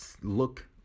look